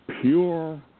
pure